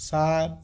ସାଲ୍